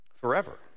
forever